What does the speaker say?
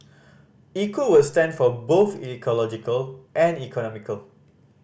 Eco would stand for both ecological and economical